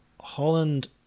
Holland